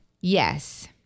Yes